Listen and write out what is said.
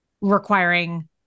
requiring